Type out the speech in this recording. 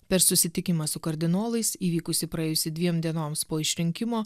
per susitikimą su kardinolais įvykusį praėjusi dviem dienoms po išrinkimo